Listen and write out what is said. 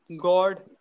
God